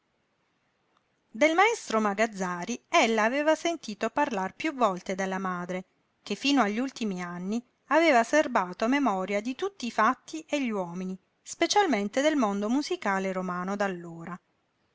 del maestro magazzari ella aveva sentito parlar piú volte dalla madre che fino agli ultimi anni aveva serbato memoria di tutti i fatti e gli uomini specialmente del mondo musicale romano d'allora